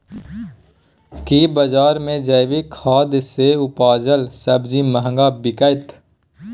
की बजार मे जैविक खाद सॅ उपजेल सब्जी महंगा बिकतै?